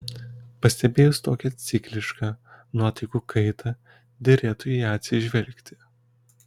pastebėjus tokią ciklišką nuotaikų kaitą derėtų į ją atsižvelgti